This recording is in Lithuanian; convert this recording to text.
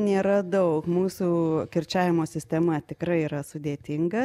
nėra daug mūsų kirčiavimo sistema tikrai yra sudėtinga